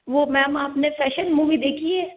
वो मैम आपने fashion movie देखी है